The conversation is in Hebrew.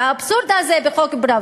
והאבסורד הזה בחוק פראוור,